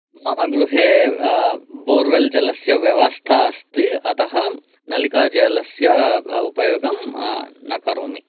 मम गृहे बोर्वेल् जलस्य व्यवस्था अस्ति अतः नालिकाजलस्य उपयोगं न करोमि